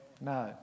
No